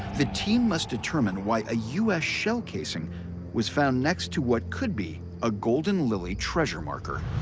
the team must determine why a us shell casing was found next to what could be a golden lily treasure marker.